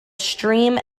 stream